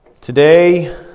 Today